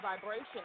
vibration